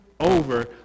over